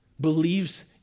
believes